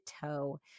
toe